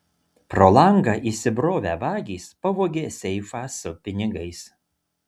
pro langą įsibrovę vagys pavogė seifą su pinigais